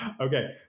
Okay